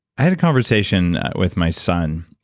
i had a conversation with my son.